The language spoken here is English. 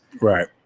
right